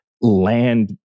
land